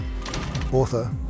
author